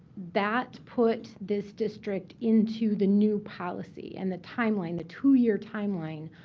that put this district into the new policy, and the timeline, the two year timeline,